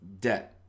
debt